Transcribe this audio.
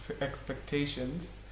expectations